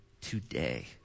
today